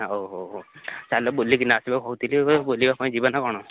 ହଉ ହଉ ହଉ ଚାଲ ବୁଲିକିନା ଆସିବା କହୁଥିଲି ବୁଲିବା ପାଇଁ ଯିବା ନା କ'ଣ